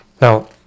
Now